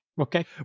Okay